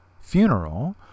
Funeral